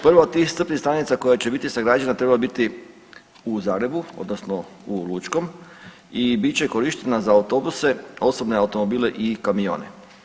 Prva od tih crpnih stanica koja će biti sagrađena treba biti u Zagrebu odnosno u Lučkom i bit će korištena za autobuse, osobne automobile i kamione.